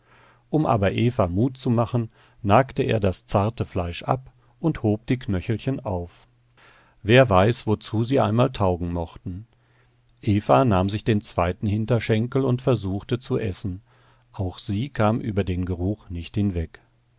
um aber eva mut zu machen nagte er das zarte fleisch ab und hob die knöchelchen auf wer weiß wozu sie einmal taugen mochten eva nahm sich den zweiten hinterschenkel und versuchte zu essen auch sie kam über den geruch nicht hinweg